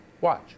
Watch